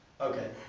Okay